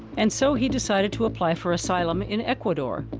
and so he decided to apply for asylum in ecuador,